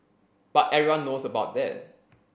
but everyone knows about that